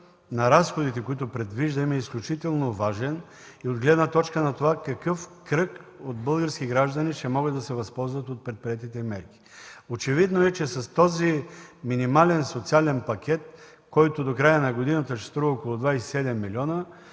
на разходите, които предвиждаме, е изключително важен и от гледна точка на това какъв кръг от български граждани ще могат да се възползват от предприетите мерки. Очевидно е, че с този минимален социален пакет, който до края на годината ще струва около 27 милиона,